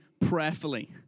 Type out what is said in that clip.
prayerfully